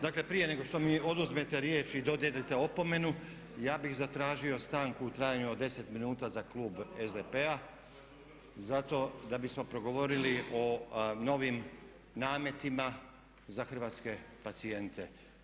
Dakle, prije nego što mi oduzmete riječ i dodijelite opomenu ja bih zatražio stanku u trajanju od 10 minuta za klub SDP-a zato da bismo progovorili o novim nametima za hrvatske pacijente.